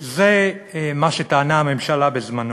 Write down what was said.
זה מה שטענה הממשלה בזמנו.